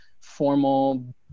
formal